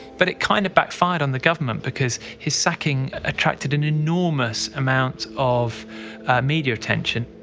but it kind of backfired on the government because his sacking attracted an enormous amount of media attention.